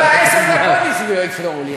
הוא לא בישיבות ההסדר.